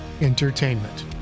Entertainment